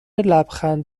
لبخند